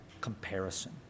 comparison